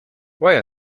while